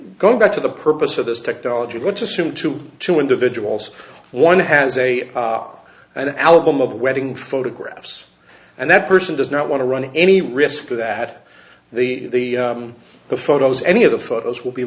going back to the purpose of this technology let's assume two two individuals one has a job an album of wedding photographs and that person does not want to run any risk that the the photos any of the photos will be